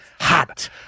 hot